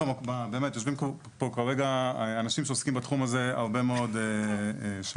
יושבים פה כרגע אנשים שעוסקים בתחום הזה הרבה מאוד שנים.